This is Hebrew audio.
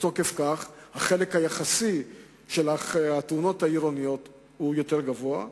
מתוקף כך החלק היחסי של התאונות העירוניות הוא יותר גבוה.